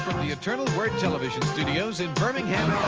the eternal word television studios in birmingham,